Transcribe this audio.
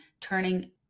turning